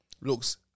looks